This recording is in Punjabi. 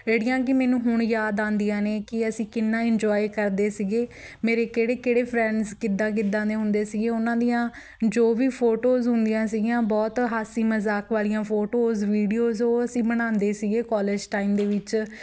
ਜਿਹੜੀਆਂ ਕਿ ਮੈਨੂੰ ਹੁਣ ਯਾਦ ਆਉਂਦੀਆਂ ਨੇ ਕਿ ਅਸੀਂ ਕਿੰਨਾਂ ਇੰਜੋਏ ਕਰਦੇ ਸੀਗੇ ਮੇਰੇ ਕਿਹੜੇ ਕਿਹੜੇ ਫਰੈਂਡਸ ਕਿੱਦਾਂ ਕਿੱਦਾਂ ਦੇ ਹੁੰਦੇ ਸੀਗੇ ਉਹਨਾਂ ਦੀਆਂ ਜੋ ਵੀ ਫੋਟੋਜ਼ ਹੁੰਦੀਆਂ ਸੀਗੀਆਂ ਬਹੁਤ ਹਾਸੀ ਮਜ਼ਾਕ ਵਾਲੀਆਂ ਫੋਟੋਜ਼ ਵੀਡੀਓਜ਼ ਉਹ ਅਸੀਂ ਬਣਾਉਂਦੇ ਸੀਗੇ ਕੋਲੇਜ ਟਾਈਮ ਦੇ ਵਿੱਚ